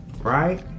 right